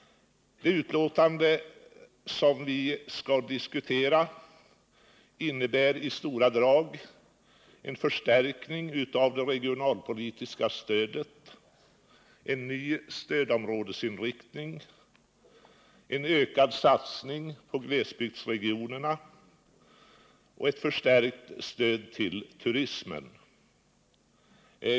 Det betänkande som vi skall diskutera innebär i stora drag en förstärkning av det regionalpolitiska stödet, en ny stödområdesinriktning, en ökad satsning på glesbygdsregionerna och ett förstärkt stöd till turismen.